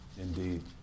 Indeed